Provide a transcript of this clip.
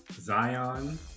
zion